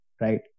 right